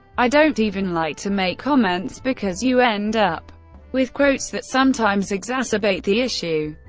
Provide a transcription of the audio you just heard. i don't even like to make comments, because you end up with quotes that sometimes exacerbate the issue.